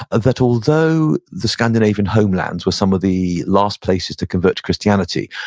ah that although the scandinavian homelands were some of the last places to convert to christianity,